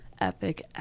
epic